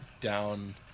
down